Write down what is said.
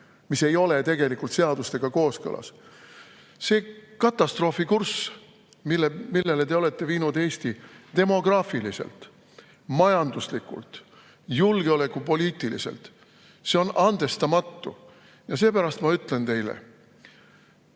mis ei ole tegelikult seadustega kooskõlas. See katastroofikurss, millele te olete viinud Eesti demograafiliselt, majanduslikult, julgeolekupoliitiliselt – see on andestamatu. Ja seepärast ma ütlen teile: